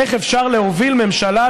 איך אפשר להוביל ממשלה,